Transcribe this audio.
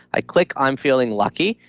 i click i'm feeling lucky.